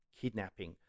kidnapping